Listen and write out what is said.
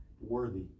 worthy